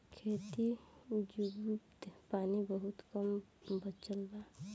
खेती जुगुत पानी बहुत कम बचल बा